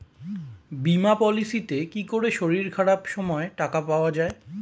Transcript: বীমা পলিসিতে কি করে শরীর খারাপ সময় টাকা পাওয়া যায়?